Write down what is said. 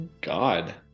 God